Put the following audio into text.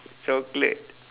chocolate